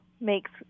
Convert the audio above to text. makes